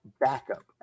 backup